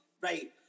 right